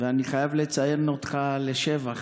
אני חייב לציין אותך לשבח,